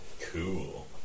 Cool